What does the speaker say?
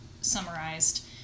summarized